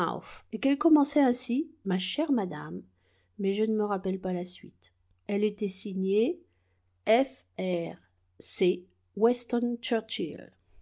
et qu'elle commençait ainsi ma chère madame mais je ne me rappelle pas la suite elle était signée fr c